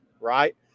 right